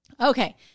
okay